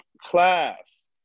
class